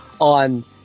on